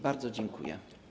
Bardzo dziękuję.